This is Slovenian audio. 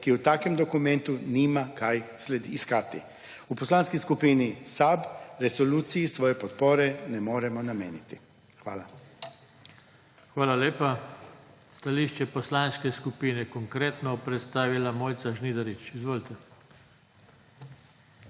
ki v takem dokumentu nima kaj iskati. V Poslanski skupini SAB resoluciji svoje podpore ne moremo nameniti. Hvala. **PODPREDSEDNIK JOŽE TANKO:** Hvala lepa. Stališče Poslanske skupine Konkretno o predstavila Mojca Žnidarič. Izvolite.